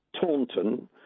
Taunton